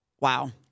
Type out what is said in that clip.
Wow